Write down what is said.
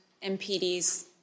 MPD's